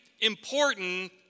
important